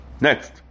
Next